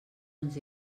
ens